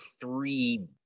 three